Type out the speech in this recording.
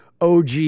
OG